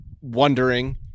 wondering